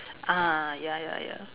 ah ya ya ya